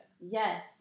Yes